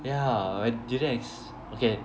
yeah I didn't exp~ okay